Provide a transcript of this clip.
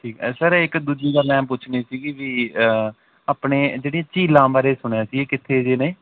ਠੀਕ ਹੈ ਸਰ ਇੱਕ ਦੂਜੀ ਗੱਲ ਐਂ ਪੁੱਛਣੀ ਸੀਗੀ ਵੀ ਆਪਣੇ ਜਿਹੜੀਆਂ ਝੀਲਾਂ ਬਾਰੇ ਸੁਣਿਆ ਸੀ ਇਹ ਕਿੱਥੇ ਜਿਹੇ ਨੇ